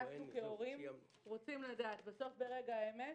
אנחנו כהורים רוצים לדעת, בסוף ברגע האמת,